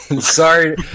Sorry